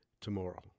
tomorrow